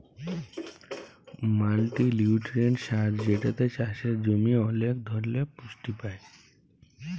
multinutrient সার যেটাতে চাসের জমি ওলেক ধরলের পুষ্টি পায়